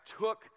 took